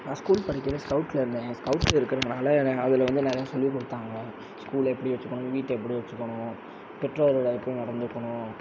நான் ஸ்கூல் படிக்கிறேன் ஸ்கௌவுட்லிருந்தேன் ஸ்கௌட்டில் இருக்கிறதுனால என்ன அதில் வந்து நிறையா சொல்லி கொடுத்தாங்க ஸ்கூலை எப்படி வைச்சுக்கணும் வீட்டை எப்படி வச்சுக்கணும் பெற்றோர்களை எப்படி நடந்துக்கணும்